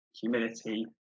humidity